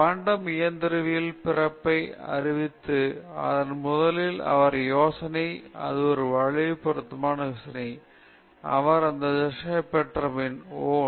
எனவே இந்த குவாண்டம் இயந்திரவியல் பிறப்பை அறிவித்தது ஆனால் முதலில் அவர் யோசனை அது ஒரு வளைவு பொருத்தமான யோசனை அவர் இந்த தர்ஷனாவைப் பெற்றார் ஓ